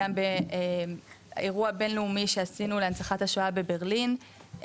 גם באירוע בינלאומי שעשינו להנצחת השואה בברלין,